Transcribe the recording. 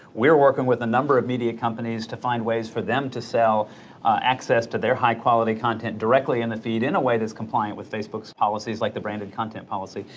we're working with a number of media companies to find ways for them to sell access to their high-quality content directly in the feed, in a way that's compliant with facebook's policies, like the branded content policy.